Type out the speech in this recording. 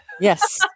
Yes